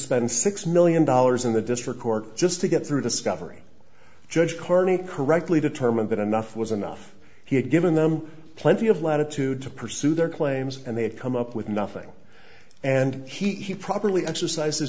spend six million dollars in the district court just to get through discovery judge carney correctly determined that enough was enough he had given them plenty of latitude to pursue their claims and they had come up with nothing and he properly exercise